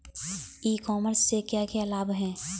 ई commerce से क्या क्या लाभ हैं?